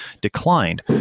declined